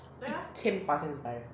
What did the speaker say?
一千巴仙是白 right